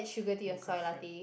mocha frappe